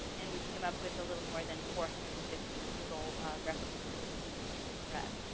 and we came up with a little more than four hundred and fifty total references to to threats.